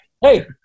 hey